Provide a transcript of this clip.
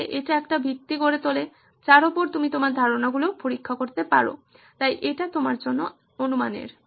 তাহলে এটা একটা ভিত্তি গড়ে তোলে যার ওপর তুমি তোমার ধারণাগুলি পরীক্ষা করতে পারো তাই এটি তোমার জন্য অনুমানের